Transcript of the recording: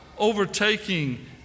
overtaking